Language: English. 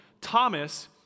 Thomas